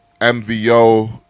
MVO